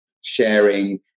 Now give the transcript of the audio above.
sharing